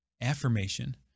Affirmation